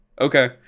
okay